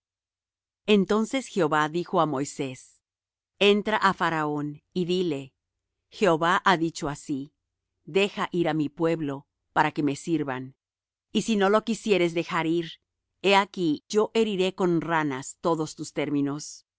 entonces jehová dijo á moisés entra á faraón y dile jehová ha dicho así deja ir á mi pueblo para que me sirvan y si no lo quisieres dejar ir he aquí yo heriré con ranas todos tus términos